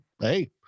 hey